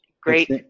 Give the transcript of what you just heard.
great